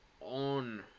on